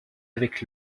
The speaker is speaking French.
avec